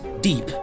deep